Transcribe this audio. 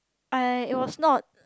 I it was not